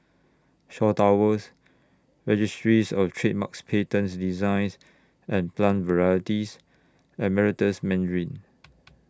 Shaw Towers Registries of Trademarks Patents Designs and Plant Varieties and Meritus Mandarin